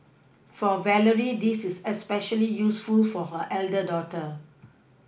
for Valerie this is especially useful for her elder daughter